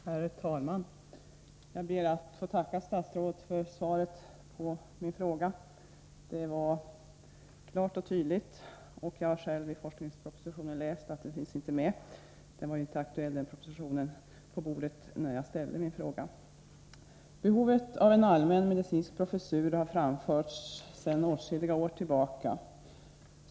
Herr talman! Jag ber att få tacka statsrådet för svaret på min fråga. Det var klart och tydligt. Jag har själv i forskningspropositionen läst att tjänsten inte finns med bland de professurer som föreslås — propositionen låg inte på riksdagens bord när jag ställde min fråga. Behovet av en allmänmedicinsk professur har framförts sedan åtskilliga år tillbaka.